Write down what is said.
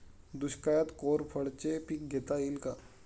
दुष्काळात कोरफडचे पीक घेता येईल का?